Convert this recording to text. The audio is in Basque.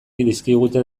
dizkigute